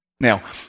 Now